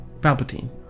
Palpatine